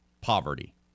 poverty